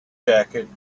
jacket